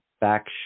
back